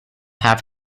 have